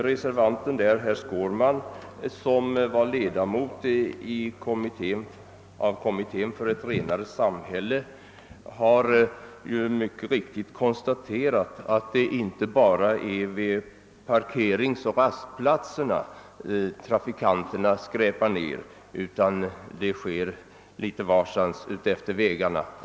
Reservanten, herr Skårman, som var ledamot av Kommittén för ett renare samhälle, har mycket riktigt konstaterat att det inte bara är vid parkeringsoch rastplatserna trafikanterna skräpar ned utan att det sker litet varstans utefter vägarna.